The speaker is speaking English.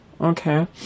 Okay